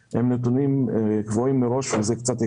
העצמת ילדים והדבר הכי חשוב זה תכנון